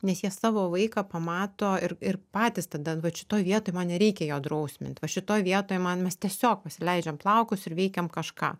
nes jie savo vaiką pamato ir ir patys tada vat šitoj vietoj man nereikia jo drausmint va šitoj vietoj man mes tiesiog pasileidžiam plaukus ir veikiam kažką